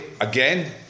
again